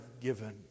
given